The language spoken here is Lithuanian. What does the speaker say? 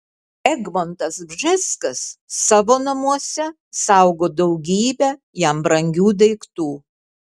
egmontas bžeskas savo namuose saugo daugybę jam brangių daiktų